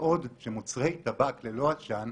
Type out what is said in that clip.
בעוד שמוצרי טבק ללא עשן,